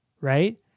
right